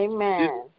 Amen